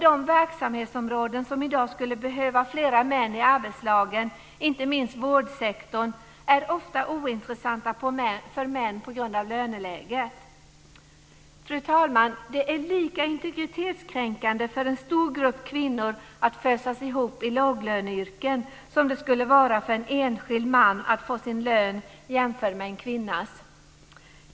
De verksamhetsområden som i dag skulle behöva flera män i arbetslagen, inte minst vårdsektorn, är ofta ointressanta för män på grund av löneläget. Fru talman! Det är lika integritetskränkande för en stor grupp kvinnor att fösas ihop i låglöneyrken som det skulle vara för en enskild man att få sin lön jämförd med en kvinnas.